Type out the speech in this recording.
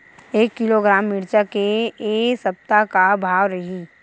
एक किलोग्राम मिरचा के ए सप्ता का भाव रहि?